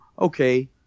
okay